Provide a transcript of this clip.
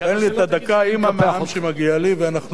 תן לי את הדקה עם ה-100% שמגיע לי.